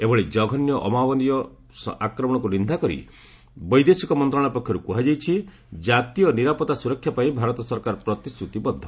ଏଭଳି ଜଘନ୍ୟ ଓ ଅମାନବୀୟ ଆକ୍ରମଣକୁ ନିନ୍ଦା କରି ବୈଦେଶିକ ମନ୍ତ୍ରଣାଳୟ ପକ୍ଷରୁ କୁହାଯାଇଛି ଜାତୀୟ ନିରାପତ୍ତା ସୁରକ୍ଷା ପାଇଁ ଭାରତ ସରକାର ପ୍ରତିଶ୍ରତିବଦ୍ଧ